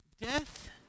Death